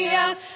out